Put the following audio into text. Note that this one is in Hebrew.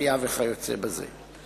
צמחייה וכיוצא בזה.